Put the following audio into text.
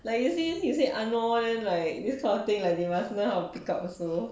like you say you say !hannor! then like this kind of thing like they must learn how to pick up also